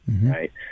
right